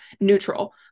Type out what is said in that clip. neutral